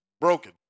broken